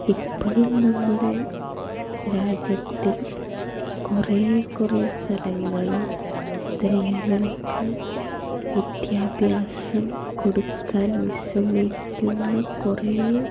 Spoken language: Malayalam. ഇപ്പോഴും നമ്മുടെ രാജ്യത്തിൽ കുറേ കുറേ സ്ഥലങ്ങളിൽ സ്ത്രീകൾക്ക് വിദ്യാഭ്യാസം കൊടുക്കാൻ വിസമ്മതിക്കുന്ന കുറേ